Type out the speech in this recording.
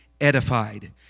edified